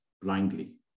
blindly